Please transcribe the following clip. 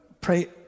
pray